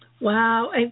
Wow